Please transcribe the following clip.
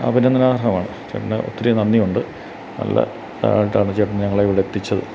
അഭിനന്ദനാർഹമാണ് ചേട്ടന് ഒത്തിരി നന്ദിയുണ്ട് നല്ല ഇതാണ് ചേട്ടൻ ഞങ്ങളെ ഇവിടെ എത്തിച്ചത്